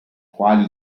quali